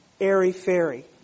airy-fairy